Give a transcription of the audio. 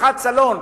בשיחת סלון,